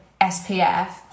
SPF